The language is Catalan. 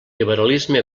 liberalisme